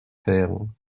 faire